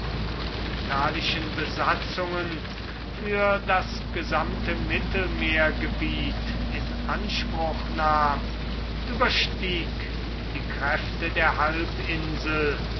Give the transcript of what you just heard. und italischen besatzungen für das gesamte mittelmeergebiet in anspruch nahm überstieg die kräfte der halbinsel